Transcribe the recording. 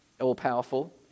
all-powerful